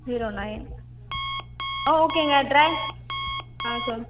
zero nine ஆ ஓகேங்க ட்ரேங்க்ஸ் ஆ சொல்